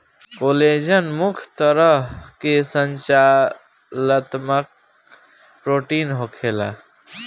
collagen मुख्य तरह के संरचनात्मक प्रोटीन होखेला